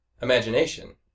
imagination